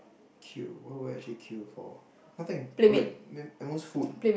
qeue what will I actually qeue for nothing okay at most food